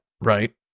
right